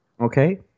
Okay